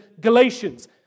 Galatians